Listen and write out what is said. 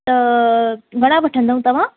त घणा वठंदव तव्हां